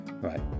right